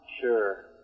sure